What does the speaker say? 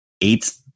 eight